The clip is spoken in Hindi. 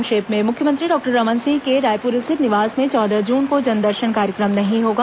संक्षिप्त समाचार मुख्यमंत्री डॉक्टर रमन सिंह के रायपुर स्थित निवास में चौदह जून को जनदर्शन कार्यक्रम नहीं होगा